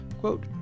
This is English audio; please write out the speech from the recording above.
Quote